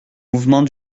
mouvements